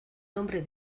nombre